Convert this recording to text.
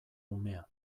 umea